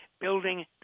Building